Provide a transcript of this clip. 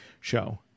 show